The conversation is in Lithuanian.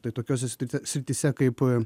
tai tokiose sri srityse kaip